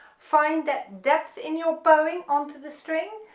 find that depth in your bowing onto the string,